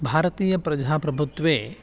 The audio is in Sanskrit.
भारतीय प्रजा प्रभुत्वे